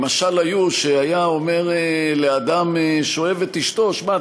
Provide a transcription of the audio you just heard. משל שהיה אומר לאדם שאוהב את אשתו: תשמע,